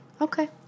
Okay